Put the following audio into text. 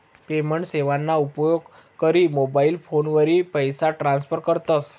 payment सेवाना उपेग करी मोबाईल फोनवरी पैसा ट्रान्स्फर करतस